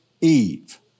Eve